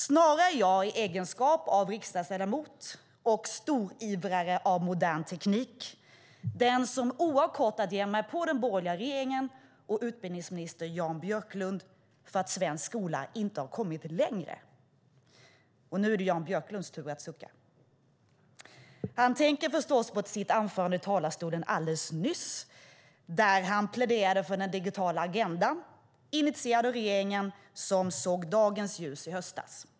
Snarare är jag i egenskap av riksdagsledamot och stor ivrare av modern teknik den som oavkortat ger mig på den borgerliga regeringen och utbildningsminister Jan Björklund för att svensk skola inte har kommit längre. Nu är det Jan Björklunds tur att sucka. Han tänker förstås på sitt anförande i talarstolen alldeles nyss, där han pläderade för den digitala agendan, initierad av regeringen, som såg dagens ljus i höstas.